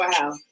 Wow